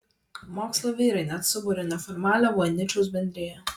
mokslo vyrai net subūrė neformalią voiničiaus bendriją